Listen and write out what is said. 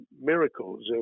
miracles